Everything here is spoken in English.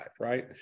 right